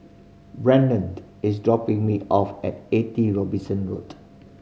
is dropping me off at Eighty Robinson Road